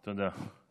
תודה.